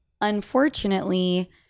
unfortunately